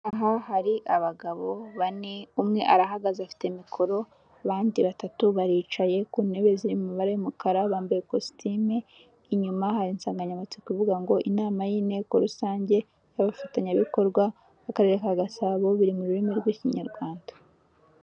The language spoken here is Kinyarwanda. Aha hari abagabo bane, umwe arahagaze afite mikoro abandi batatu baricaye ku ntebe z'imibare y'umukara bambaye ikositimu. Inyuma hari insanganyamatsiko ivuga ngo inama y'inteko rusange y'abafatanyabikorwa b'Akarere ka Gasabo, biri mu rurimi rw'Ikinyarwanda.